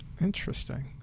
Interesting